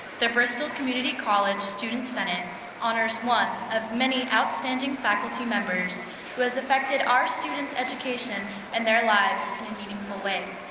the bristol community college student senate honors one of many outstanding faculty members who has affected our students' education and their lives in a meaningful way.